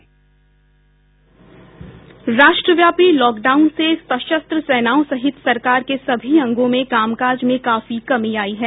राष्ट्रव्यापी लॉकडाउन से सशस्त्र सेनाओं सहित सरकार के सभी अंगों में कामकाज में काफी कमी आ गई है